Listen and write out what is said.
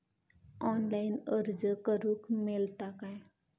Online अर्ज करूक मेलता काय?